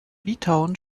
litauen